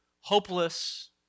hopeless